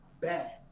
bad